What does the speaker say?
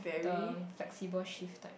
the flexible shift type